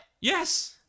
Yes